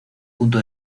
punto